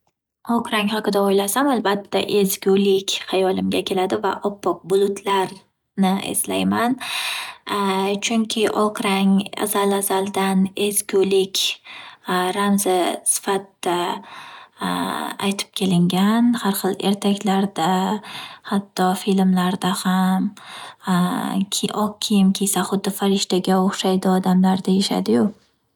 Oq rang haqida o’ylasam albatta ezgulik hayolimga keladi va oppoq bulutlarni eslayman Chunki oq rang azal- azaldan ezgulik ramzi sifatida aytib kelingan har hil ertaklarda, hatto filmlarda ham oq kiyim kiysa huddi farishtaga o’xshaydi deyishadiyu.